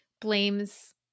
blames